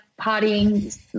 partying